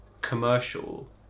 commercial